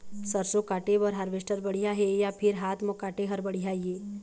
सरसों काटे बर हारवेस्टर बढ़िया हे या फिर हाथ म काटे हर बढ़िया ये?